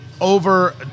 over